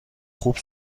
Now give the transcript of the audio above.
خوب